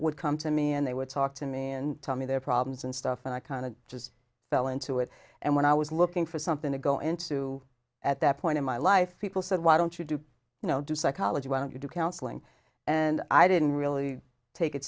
would come to me and they would talk to me and tell me their problems and stuff and i kind of just fell into it and when i was looking for something to go into at that point in my life people said why don't you do you know do psychology why don't you do counseling and i didn't really take it